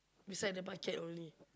beside the bucket only